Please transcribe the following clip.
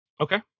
Okay